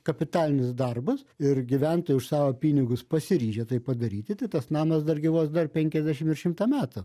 kapitalinius darbus ir gyventojai už savo pinigus pasiryžę tai padaryti tai tas namas dar gyvuos dar penkiasdešim ir šimtą metų